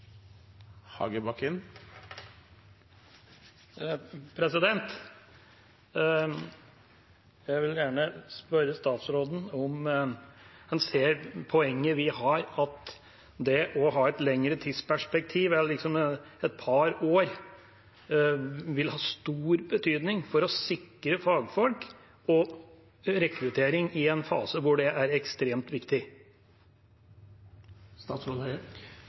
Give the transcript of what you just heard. Jeg vil gjerne spørre statsråden om han ser poenget vi har, at det å ha et lengre tidsperspektiv, et par år, vil ha stor betydning for å sikre fagfolk og rekruttering i en fase der det er ekstremt viktig.